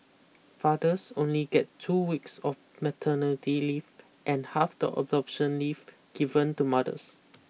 fathers only get two weeks of maternity leave and half the adoption leave given to mothers